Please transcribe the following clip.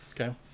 Okay